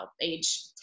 age